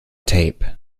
tape